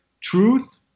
truth